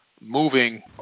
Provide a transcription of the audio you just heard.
moving